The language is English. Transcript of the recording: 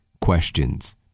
questions